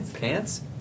pants